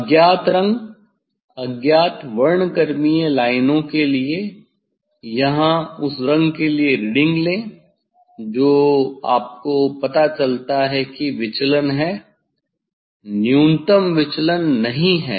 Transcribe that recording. अज्ञात रंग अज्ञात वर्णक्रमीय लाइनों के लिए यहां उस रंग के लिए रीडिंग लें जो आपको पता चलता है कि विचलन है न्यूनतम विचलन नहीं है